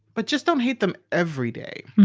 but just don't hate them every day